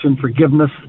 forgiveness